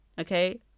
okay